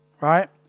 Right